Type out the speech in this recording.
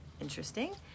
interesting